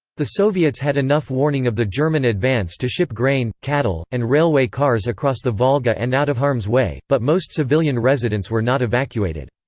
the soviets had enough warning of the german advance to ship grain, cattle, and railway cars across the volga and out of harm's way, but most civilian residents were not evacuated.